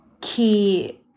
key